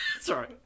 Sorry